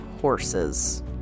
horses